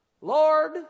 Lord